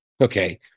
Okay